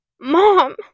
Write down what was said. mom